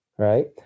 right